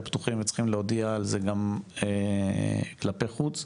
פתוחים וצריכים להודיע על זה גם כלפי חוץ,